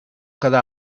quedà